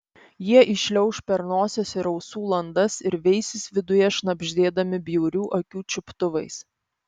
jie įšliauš per nosies ir ausų landas ir veisis viduje šnabždėdami bjaurių akių čiuptuvais